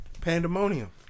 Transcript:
Pandemonium